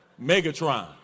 Megatron